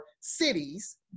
cities